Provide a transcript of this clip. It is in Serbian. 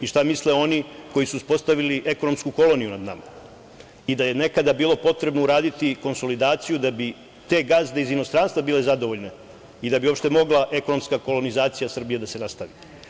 i šta misle oni koji su uspostavili ekonomsku koloniju nad nama i da je nekada bilo potrebno uraditi konsolidaciju da bi te gazde iz inostranstva bile zadovoljne i da uopšte mogla ekonomska kolonizacija Srbije da se nastavi.